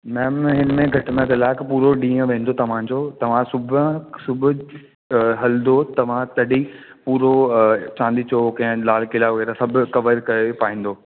ma'am हिन में घटि में कलाकु पूरो ॾींहुं वेंदो तव्हांजो तव्हां सुबुहु सुबुहु हलंदो तव्हां तॾहिं पूरो चांदनी चौक ऐं लाल क़िला वग़ैरह सभु कवर करे पाईंदो